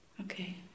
Okay